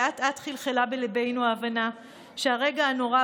ואט-אט חלחלה בליבנו ההבנה שהרגע הנורא,